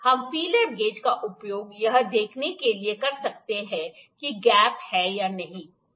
हम feeler gauge का उपयोग यह देखने के लिए कर सकते हैं कि गैप है या नहीं